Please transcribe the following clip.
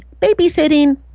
babysitting